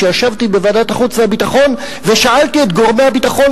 כשישבתי בוועדת החוץ והביטחון ושאלתי את גורמי הביטחון,